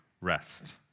rest